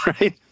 right